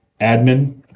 admin